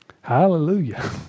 Hallelujah